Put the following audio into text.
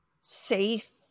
safe